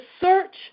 search